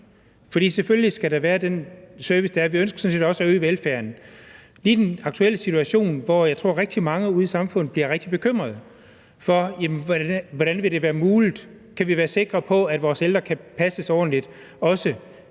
For selvfølgelig skal der være den service, der skal være, og vi ønsker sådan set også at øge velfærden. Lige i den aktuelle situation, hvor jeg tror at rigtig mange ude i samfundet bliver rigtig bekymret for, hvordan det vil være muligt – kan vi være sikre på, at vores ældre kan passes ordentligt,